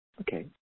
Okay